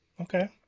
Okay